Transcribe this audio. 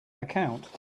account